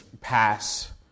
pass